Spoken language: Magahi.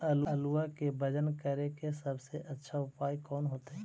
आलुआ के वजन करेके सबसे अच्छा उपाय कौन होतई?